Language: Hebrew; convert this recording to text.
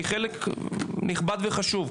כחלק נכבד וחשוב,